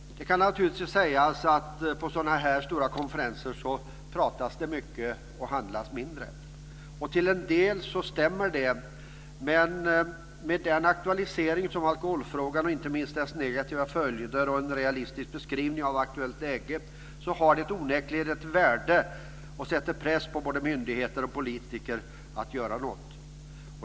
Det kan naturligtvis sägas att på sådana här stora konferenser pratas det mycket och handlas mindre. Till en del stämmer det. Men med dagens aktualisering av alkoholfrågan - det gäller inte minst de negativa följderna och en realistisk beskrivning av aktuellt läge - har konferensen onekligen ett värde. Den sätter press på både myndigheter och politiker att göra något.